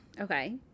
Okay